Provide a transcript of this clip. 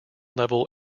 level